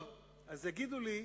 טוב, אז יגידו לי: